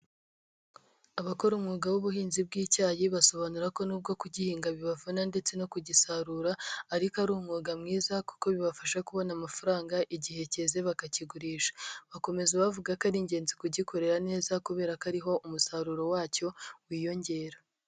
Abakora umwuga w'ubuhinzi bw'icyayi, basobanura ko nubwo kugihinga bibavuna ndetse no kugisarura ariko ari umwuga mwiza kuko bibafasha kubona amafaranga igihe kigezeze bakakigurisha. Bakomeza bavuga ko ari ingenzi kugikorera neza kubera ko ariho umusaruro wacyo wiyongera.